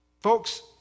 Folks